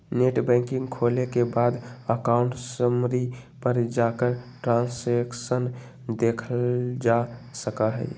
net banking खोले के बाद अकाउंट समरी पर जाकर ट्रांसैक्शन देखलजा सका हई